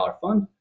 fund